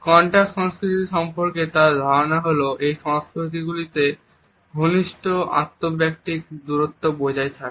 contact সংস্কৃতি সম্পর্কে তাঁর ধারণা হল এই সংস্কৃতিগুলিতে ঘনিষ্ঠ আন্তঃব্যক্তিক দূরত্ব বজায় থাকে